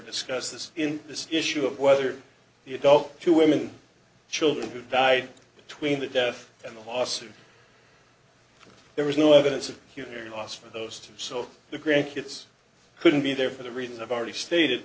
discuss this in this issue of whether the adult two women children who died between the death and the lawsuit there was no evidence of hearing loss for those two so the grandkids couldn't be there for the reasons i've already stated